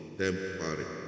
temporary